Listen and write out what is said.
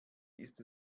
ist